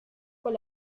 con